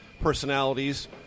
personalities